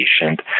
patient